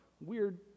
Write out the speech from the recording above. weird